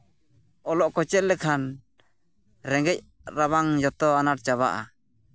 ᱚᱞᱚᱜ ᱠᱚ ᱪᱮᱫ ᱞᱮᱠᱷᱟᱱ ᱨᱮᱸᱜᱮᱡ ᱨᱟᱵᱟᱝ ᱡᱚᱛᱚ ᱟᱱᱟᱴ ᱪᱟᱵᱟᱜᱼᱟ